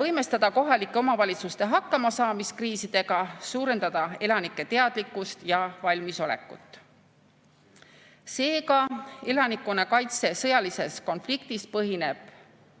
võimestada kohalike omavalitsuste hakkamasaamist kriisidega ning suurendada elanike teadlikkust ja valmisolekut. Seega, elanikkonnakaitse sõjalises konfliktis põhineb